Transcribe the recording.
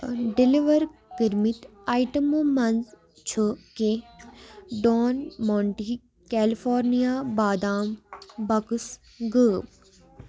deliver کٔرمٕتۍ آیٹَمو منٛز چھُ کینٛہہ ڈان مانٹی کیلِفارنِیا بادام بَکٕس غٲب